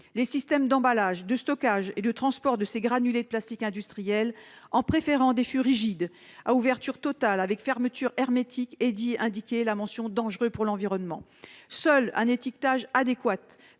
les systèmes d'emballage, de stockage et de transport de ces granulés de plastique industriels, en optant pour des fûts rigides à ouverture totale avec fermeture hermétique, et d'y indiquer la mention « dangereux pour l'environnement ». Seul un étiquetage adéquat